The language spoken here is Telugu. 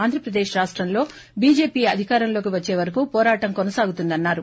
ఆంధ్రప్రదేశ్ రాష్టంలో బీజేపీ అధికారంలోకి వచ్చే వరకు పోరాటం కొనసాగుతుందన్నారు